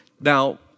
Now